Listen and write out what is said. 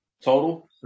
total